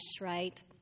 right